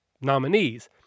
nominees